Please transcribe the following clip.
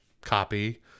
copy